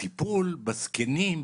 הטיפול בזקנים,